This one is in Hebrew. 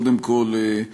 קודם כול,